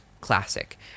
classic